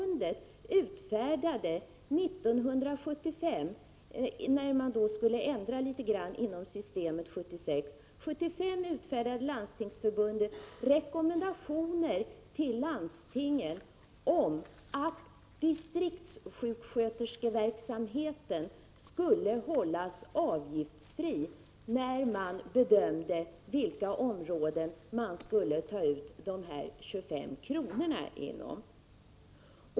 När man skulle ändra litet inom systemet 1976, utfärdade Landstingsförbundet 1975 rekommendationer till landstingen om att distriktssjuksköterskeverksamheten skulle hållas avgiftsfri när man bedömde inom vilka områden man skulle ta ut de 25 kronorna.